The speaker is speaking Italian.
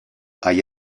agli